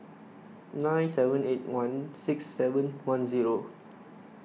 nine seven eight one six seven one zero